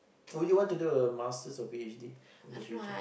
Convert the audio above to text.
would you want to do a Masters or P_H_D in the future